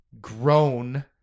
grown